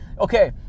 Okay